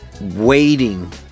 waiting